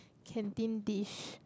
canteen dish